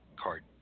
Card